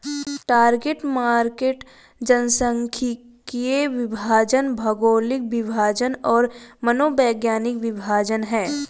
target market जनसांख्यिकीय विभाजन, भौगोलिक विभाजन और मनोवैज्ञानिक विभाजन हैं